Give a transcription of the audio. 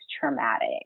traumatic